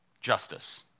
justice